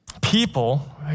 people